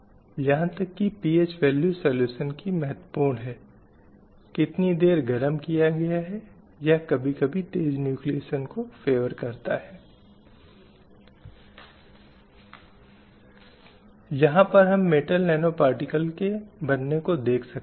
इसी प्रकार संपत्ति के स्वामित्व का अधिकार वह भी जो महिलाओं के निरंतर संघर्ष का परिणाम है जो कुछ स्थितियों में भारत भी हमने देखा है कि जहां परिवार में बेटी को संपत्ति में हिस्सा नहीं दिया गया था